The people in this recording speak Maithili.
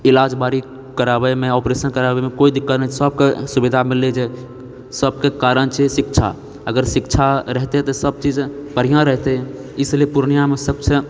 ईलाज बारी कराबैमे ऑपरेशन कराबैमे कोइ दिक्कत नहि छै सभके सुविधा मिललै छै सभके कारण छै शिक्षा अगर शिक्षा रहतै तऽ सभ चीज बढ़िआँ रहतै इसलिए पूर्णियामे सभसँ